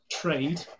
trade